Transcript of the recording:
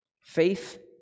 Faith